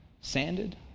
sanded